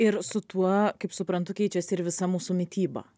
ir su tuo kaip suprantu keičiasi ir visa mūsų mityba